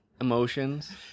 emotions